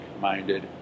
minded